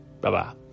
bye-bye